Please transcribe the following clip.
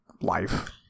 life